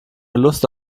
lust